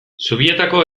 zubietako